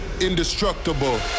indestructible